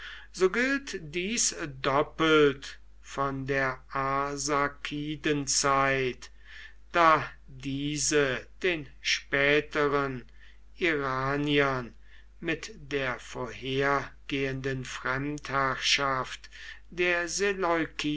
so gilt dies doppelt von der arsakidenzeit da diese den späteren iranern mit der vorhergehenden fremdherrschaft der